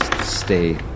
Stay